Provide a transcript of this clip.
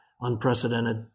unprecedented